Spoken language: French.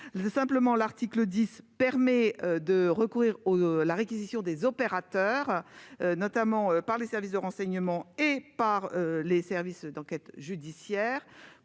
résultat. L'article 10 autorise simplement la réquisition des opérateurs, notamment par les services de renseignement et par les services d'enquêtes judiciaires,